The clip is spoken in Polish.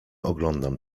oglądam